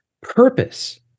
purpose